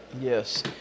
Yes